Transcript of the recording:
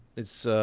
it's